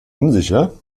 unsicher